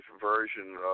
version